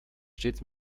stets